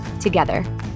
together